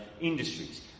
industries